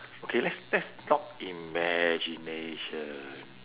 okay let's let's talk imagination